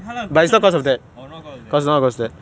hello cannot oh not because of that ah